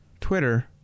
Twitter